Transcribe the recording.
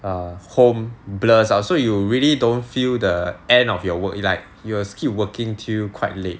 err home blurs ah so you really don't feel the end of your work is like you will keep working till quite late